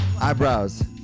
Eyebrows